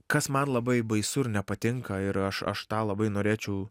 kas man labai baisu ir nepatinka ir aš aš tą labai norėčiau